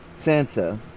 Sansa